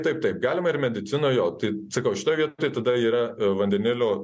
taip taip galima ir medicinoj o tai sakau šitoj vietoj tada yra vandenilio